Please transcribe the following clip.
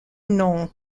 nom